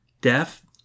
deaf